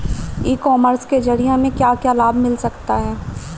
E commerce के ज़रिए हमें क्या क्या लाभ मिल सकता है?